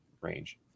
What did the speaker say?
range